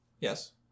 Yes